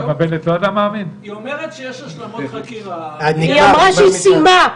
היא אומרת שיש השלמות חקירה --- היא אמרה שהיא סיימה.